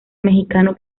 mexicano